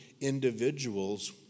individuals